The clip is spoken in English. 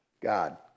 God